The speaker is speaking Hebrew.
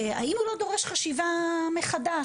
האם הוא לא דורש חשיבה מחדש,